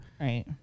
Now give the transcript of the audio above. Right